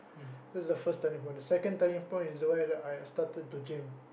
that's the first turning point the second turning point is where the I started to gym